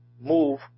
move